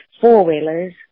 four-wheelers